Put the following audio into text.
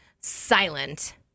silent